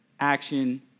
action